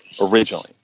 originally